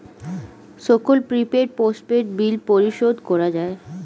সকল prepaid, postpaid bill পরিশোধ করা যায়